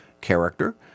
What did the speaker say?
character